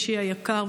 אישי היקר,